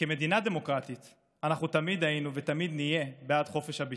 כמדינה דמוקרטית אנחנו תמיד היינו ותמיד נהיה בעד חופש הביטוי,